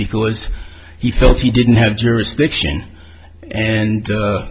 because he felt he didn't have jurisdiction and